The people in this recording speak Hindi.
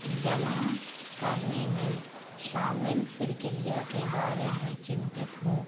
जमा करने में शामिल प्रक्रिया के बारे में चिंतित हूँ